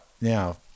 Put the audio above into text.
Now